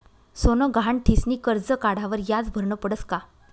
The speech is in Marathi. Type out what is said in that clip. सोनं गहाण ठीसनी करजं काढावर व्याज भरनं पडस का?